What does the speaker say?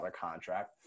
contract